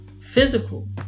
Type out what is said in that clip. physical